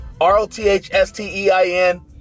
R-O-T-H-S-T-E-I-N